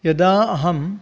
यदा अहं